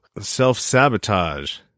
self-sabotage